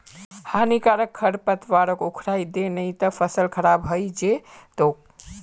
हानिकारक खरपतवारक उखड़इ दे नही त फसल खराब हइ जै तोक